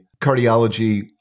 cardiology